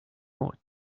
ought